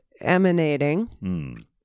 emanating